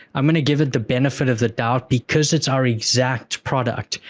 i'm going to give it the benefit of the doubt because it's our exact product.